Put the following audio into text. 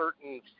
certain